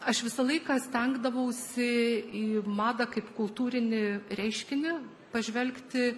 aš visą laiką stengdavausi į madą kaip kultūrinį reiškinį pažvelgti